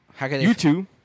YouTube